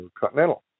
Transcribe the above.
Continental